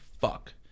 fuck